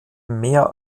mehr